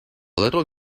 little